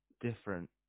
different